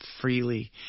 freely